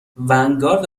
ونگارد